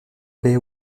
baie